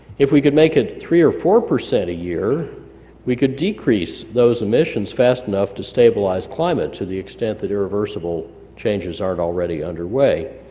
if we could make it three or four percent a year we could decrease those emissions fast enough to stabilize climate to the extent that irreversible changes aren't already underway.